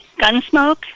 Gunsmoke